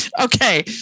Okay